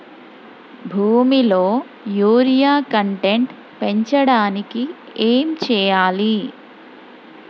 భూమిలో urea content పెంచడానికి ఏం చేయాలి?